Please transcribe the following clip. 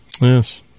yes